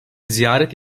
ziyaret